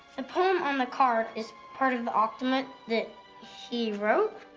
and poem on the card is part of the akdamut that he wrote?